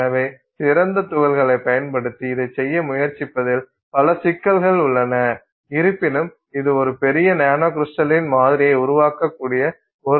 எனவே சிறந்த துகள்களைப் பயன்படுத்தி இதைச் செய்ய முயற்சிப்பதில் பல சிக்கல்கள் உள்ளன இருப்பினும் இது ஒரு பெரிய நானோகிரிஸ்டலின் மாதிரியை உருவாக்கக்கூடிய ஒரு வழியாகும் என்று தோன்றுகிறது